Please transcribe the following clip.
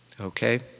okay